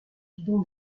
bidon